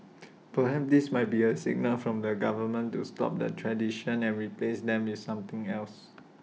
perhaps this might be A signal from the government to stop the 'traditions' and replace them with something else